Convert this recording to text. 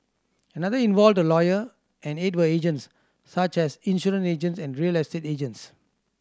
another involved a lawyer and eight were agents such as insurance agents and real estate agents